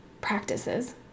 practices